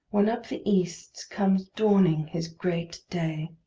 when up the east comes dawning his great day.